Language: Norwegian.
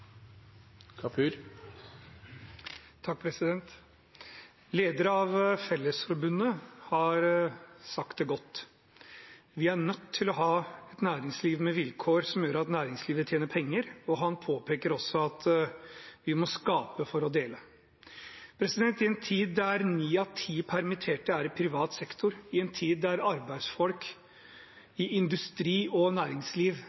nødt til å ha et næringsliv med vilkår som gjør at næringslivet tjener penger.» Han påpeker også at vi må skape for å dele. I en tid da ni av ti permitterte er i privat sektor, i en tid da arbeidsfolk i industri og næringsliv